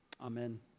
Amen